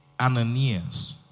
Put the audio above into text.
Ananias